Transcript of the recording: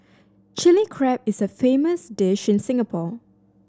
Chilli Crab is a famous dish in Singapore